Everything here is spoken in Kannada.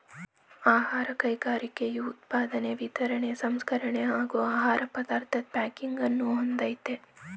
ಆಹಾರ ಕೈಗಾರಿಕೆಯು ಉತ್ಪಾದನೆ ವಿತರಣೆ ಸಂಸ್ಕರಣೆ ಹಾಗೂ ಆಹಾರ ಪದಾರ್ಥದ್ ಪ್ಯಾಕಿಂಗನ್ನು ಹೊಂದಯ್ತೆ